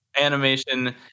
animation